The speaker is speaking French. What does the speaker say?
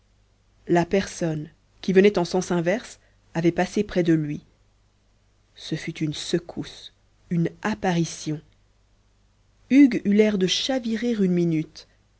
la personne qui venait en sens inverse avait passé près de lui ce fut une secousse une apparition hugues eut l'air de chavirer une minute